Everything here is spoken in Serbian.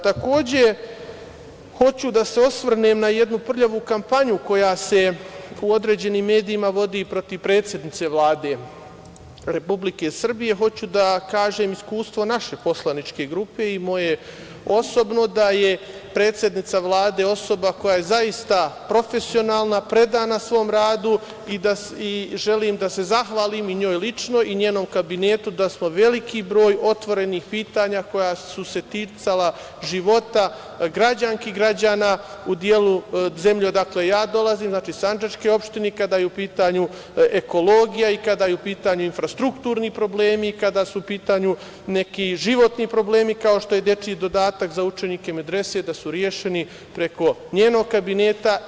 Takođe, hoću da se osvrnem na jednu prljavu kampanju koja se u određenim medijima vodi i protiv predsednice Vlade Republike Srbije, hoću da kažem iskustvo naše poslaničke grupe i moje osobno, da je predsednica Vlade osoba koja je zaista profesionalna, predana svom radu i želim da se zahvalim i njoj lično i njenom Kabinetu, da smo veliki broj otvorenih pitanja koja su se ticala života građanki i građana u delu zemlje odakle ja dolazim, znači sandžačke opštine, kada je u pitanju ekologija i kada su u pitanju infrastrukturni problemi i kada su u pitanju neki životni problemi kao što je dečiji dodatak za učenike medrese, da su rešeni preko njenog Kabineta.